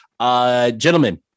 Gentlemen